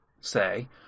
say